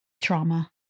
trauma